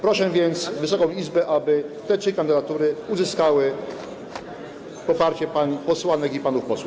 Proszę więc Wysoką Izbę, aby te trzy kandydatury uzyskały poparcie pań posłanek i panów posłów.